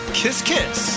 kiss-kiss